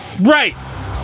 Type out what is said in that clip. right